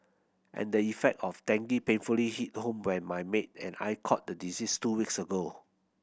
and the effect of dengue painfully hit home by my maid and I caught the disease two weeks ago